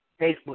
Facebook